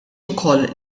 ukoll